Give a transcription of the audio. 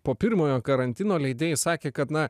po pirmojo karantino leidėjai sakė kad na